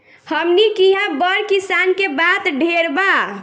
हमनी किहा बड़ किसान के बात ढेर बा